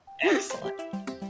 Excellent